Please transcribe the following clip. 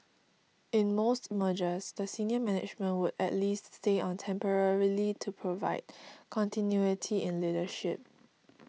in most mergers the senior management would at least stay on temporarily to provide continuity in leadership